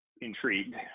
intrigued